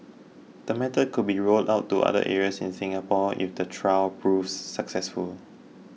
the method could be rolled out to other areas in Singapore if the trial proves successful